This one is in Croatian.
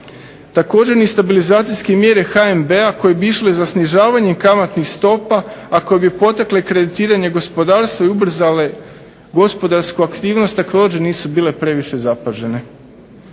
Također ni stabilizacijske mjere HNB-a koje bi išle za snižavanjem kamatnih stopa, a koje bi potakle kreditiranje gospodarstva i ubrzale gospodarsku aktivnost također nisu bile previše zapažene.